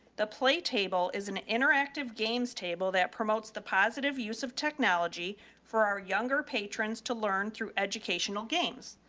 the play table is an interactive games table that promotes the positive use of technology for our younger patrons to learn through educational games.